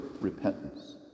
repentance